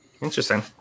Interesting